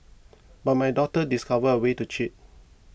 but my daughter discovered a way to cheat